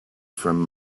from